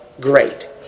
Great